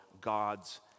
God's